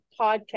podcast